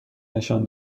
نشان